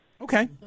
Okay